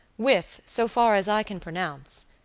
with, so far as i can pronounce,